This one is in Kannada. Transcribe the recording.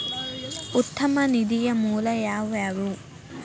ಉತ್ತಮ ನಿಧಿಯ ಮೂಲ ಯಾವವ್ಯಾವು?